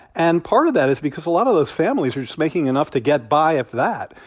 and part of that is because a lot of those families are just making enough to get by, if that,